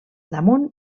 damunt